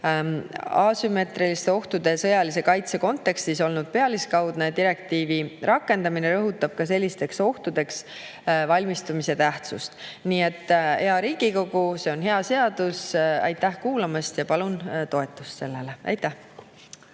asümmeetriliste ohtude ja sõjalise kaitse kontekstis olnud pealiskaudne. Direktiivi rakendamine rõhutab ka sellisteks ohtudeks valmistumise tähtsust. Nii et, hea Riigikogu, see on hea seadus. Aitäh kuulamast ja palun toetust sellele! Aitäh!